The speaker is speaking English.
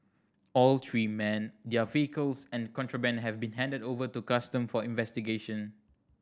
all three men their vehicles and the contraband have been handed over to custom for investigation